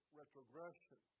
retrogression